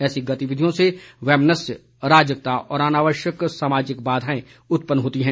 ऐसी गतिविधियों से वैमनस्य अराजकता और अनावश्यक सामाजिक बाधाएं उत्पन्न होती हैं